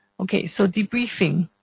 okay so debriefing.